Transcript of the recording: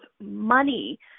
money